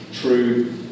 true